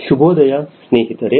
ಶುಭೋದಯ ಸ್ನೇಹಿತರೆ